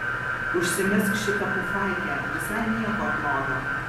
užsimesk šitą pufaikę visai nieko atrodo